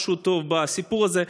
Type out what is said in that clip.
משהו טוב בסיפור הזה,